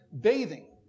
bathing